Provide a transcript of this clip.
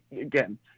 again